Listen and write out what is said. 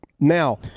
Now